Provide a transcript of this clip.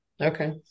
Okay